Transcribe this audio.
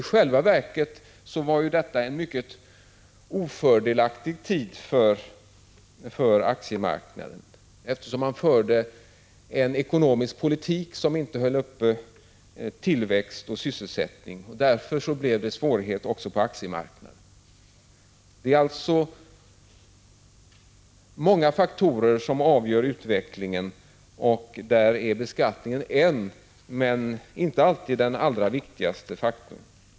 I själva verket var detta en mycket ofördelaktig tid för aktiemarknaden, eftersom man förde en ekonomisk politik som inte höll uppe tillväxt och sysselsättning. Därför blev det svårigheter också på aktiemarknaden. Det är alltså många faktorer som avgör utvecklingen, och där är beskattningen en, men inte alltid den allra viktigaste faktorn.